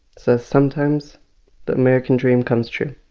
so sometimes the american dream comes true,